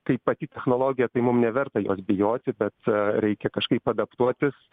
kaip pati technologija tai mum neverta jos bijoti bet reikia kažkaip adaptuotis